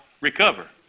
Recover